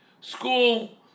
school